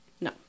No